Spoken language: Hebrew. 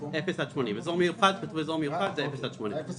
אזור מיוחד זה 0 80 קילומטר.